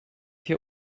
hier